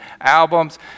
albums